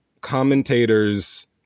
commentators